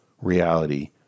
reality